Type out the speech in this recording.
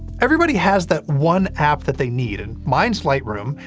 everybody has that one app that they need, and mine's lightroom,